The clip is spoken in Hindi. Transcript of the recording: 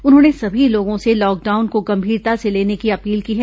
उन्होंने सभी लोगों से लॉकडाउन को गंभीरता से लेने की अपील की है